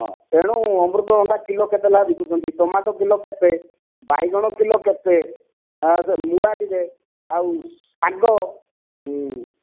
ହଁ ତେଣୁ ଅମୃତଭଣ୍ଡା କିଲୋ କେତେ ଲେଖାଁ ବିକୁଛନ୍ତି ଟାମାଟୋ କିଲୋ କେତେ ବାଇଗଣ କିଲୋ କେତେ ଆଉ ସେ ମୂଳା କେତେ ଆଉ ଶାଗ